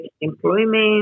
employment